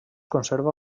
conserva